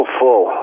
full